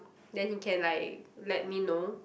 then he can like let me know